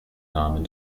namen